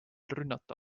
rünnata